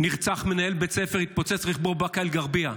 נרצח מנהל בית ספר, התפוצץ רכבו בבאקה אל-גרבייה.